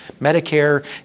Medicare